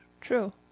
true